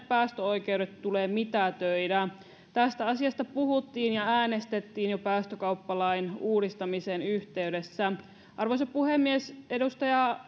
päästöoikeudet tulee mitätöidä tästä asiasta puhuttiin ja äänestettiin jo päästökauppalain uudistamisen yhteydessä arvoisa puhemies edustaja